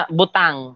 butang